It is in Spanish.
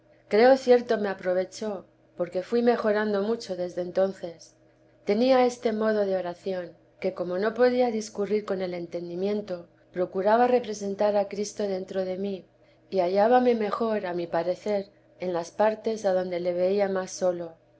creo cierto me aprovechó porque fui mejorando mucho desde entonces tenía este modo de oración que como no podía discurrir con el entendimiento procuraba representar a cristo dentro de mí y hallábame mejor a mi parecer en las partes adonde le veía más solo